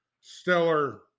stellar